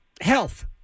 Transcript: Health